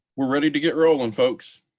we're ready to get rolling folks.